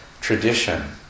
tradition